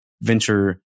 venture